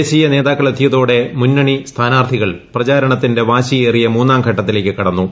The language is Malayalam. ദേശീയ നേതാക്കളെത്തിയതോടെ മുന്നണി സ്ഥാനാർത്ഥികൾ പ്രചാരണത്തിന്റെ വാശിയേറിയ മൂന്നാംഘട്ടത്തിലേയ്ക്ക് കടന്നു